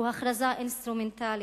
היא הכרזה אינסטרומנטלית,